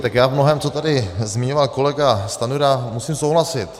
Tak já v mnohém, co tady zmiňoval kolega Stanjura, musím souhlasit.